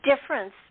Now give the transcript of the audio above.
difference